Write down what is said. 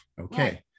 okay